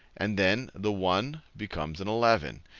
and then the one becomes an eleven.